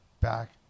back